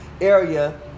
area